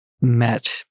met